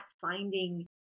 finding